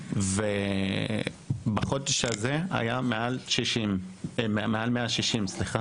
בקו הקשב שלנו ובחודש האחרון היו מעל 160 פניות.